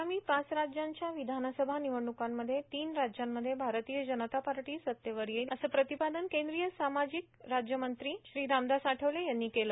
आगामी पाच राज्यांच्या विधानसभा निवडणुकांमध्ये तीन राज्यांमध्ये भारतीय जनता पार्टी सत्तेवर येईल असं प्रतिपादन केंद्रीय सामाजिक आणि अधिकारिता राज्यमंत्री श्री रामदास आठवले यांनी केलं